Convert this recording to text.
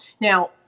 Now